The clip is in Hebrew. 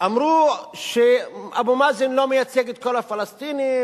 אמרו שאבו מאזן לא מייצג את כל הפלסטינים,